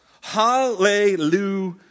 Hallelujah